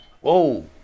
Whoa